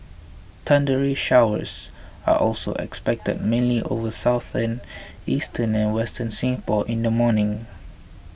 thundery showers are also expected mainly over southern eastern and western Singapore in the morning